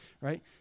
Right